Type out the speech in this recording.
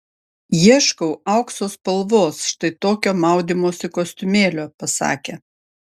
ieškau aukso spalvos štai tokio maudymosi kostiumėlio pasakė